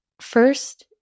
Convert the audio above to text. first